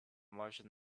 martians